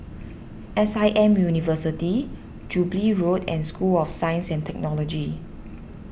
S I M University Jubilee Road and School of Science and Technology